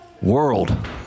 world